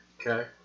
Okay